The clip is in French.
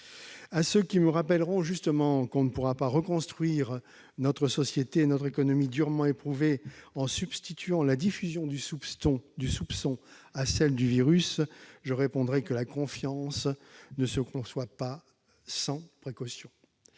À ceux qui me rappelleront justement que l'on ne pourra pas reconstruire notre société et notre économie durement éprouvées en substituant la diffusion du soupçon à celle du virus, je répondrai que la confiance ne se conçoit pas sans précaution.